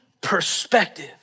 perspective